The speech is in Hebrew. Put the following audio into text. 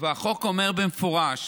החוק אומר במפורש